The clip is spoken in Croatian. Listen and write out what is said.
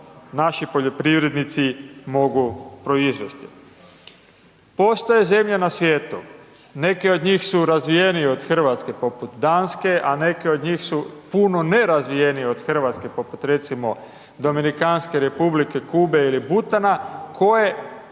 naši poljoprivrednici mogu proizvesti. Postoje zemlje na svijetu, neke od njih su razvijenije od Hrvatske, poput Danske, a neke od njih su puno nerazvijenije od Hrvatske, poput recimo Dominikanske Republike, Kube ili Butana, koje